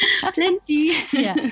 plenty